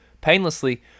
painlessly